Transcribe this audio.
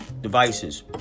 devices